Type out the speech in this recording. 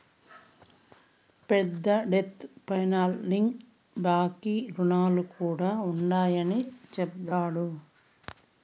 పెద్దలు debt financing బాంకీ రుణాలు కూడా ఉండాయని చెప్తండారు